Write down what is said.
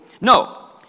No